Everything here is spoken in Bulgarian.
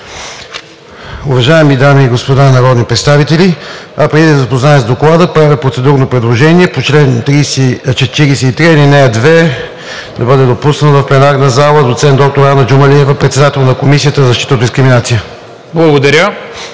Уважаеми дами и господа народни представители, преди да Ви запозная с Доклада, правя процедурно предложение по чл. 43, ал. 2 да бъде допуснат в пленарната зала доцент доктор Ана Джумалиева – председател на Комисията за защита от дискриминация.